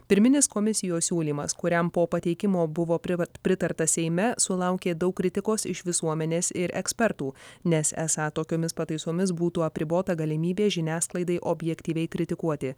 pirminis komisijos siūlymas kuriam po pateikimo buvo privart pritarta seime sulaukė daug kritikos iš visuomenės ir ekspertų nes esą tokiomis pataisomis būtų apribota galimybė žiniasklaidai objektyviai kritikuoti